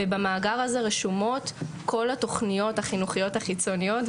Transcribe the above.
ובמאגר הזה רשומות כל התוכניות החינוכיות החיצוניות,